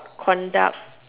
conduct